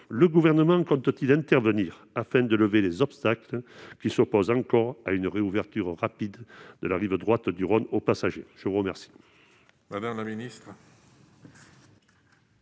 le Gouvernement compte-t-il intervenir afin de lever les obstacles qui s'opposent encore à une réouverture rapide de la ligne de la rive droite du Rhône aux passagers ? La parole